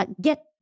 get